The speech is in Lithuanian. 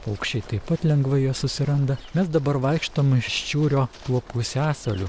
paukščiai taip pat lengvai jo susiranda mes dabar vaikštom ščiūrio tuo pusiasaliu